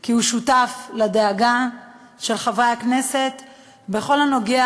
כי הוא שותף לדאגה של חברי הכנסת בכל הנוגע